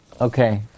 Okay